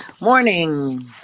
Morning